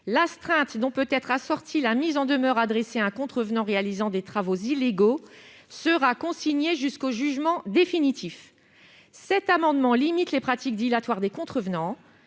l'astreinte dont peut être assortie la mise en demeure adressée à un contrevenant réalisant des travaux illégaux soit consignée jusqu'au jugement définitif. Il s'agit de limiter les pratiques dilatoires des contrevenants